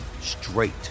straight